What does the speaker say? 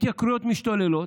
ההתייקרויות משתוללות,